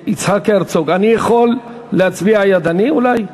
יצחק הרצוג, אני יכול להצביע ידנית, אולי?